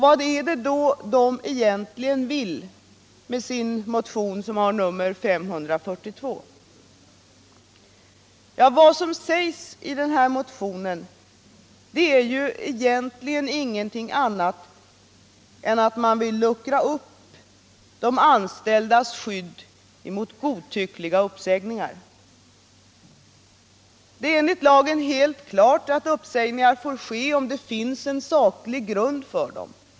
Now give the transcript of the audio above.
Vad är det då som de egentligen vill med sin motion 1976/77:542? Vad som sägs i motionen är egentligen ingenting annat än att man vill luckra upp de anställdas skydd mot godtyckliga uppsägningar. Det är enligt lagen helt klart att uppsägningar får ske om det finns saklig grund för dem.